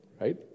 right